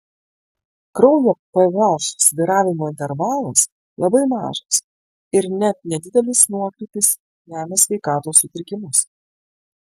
kraujo ph svyravimo intervalas labai mažas ir net nedidelis nuokrypis lemia sveikatos sutrikimus